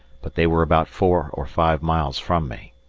but they were about four or five miles from me.